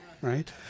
right